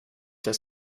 das